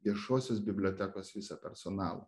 viešosios bibliotekos visą personalą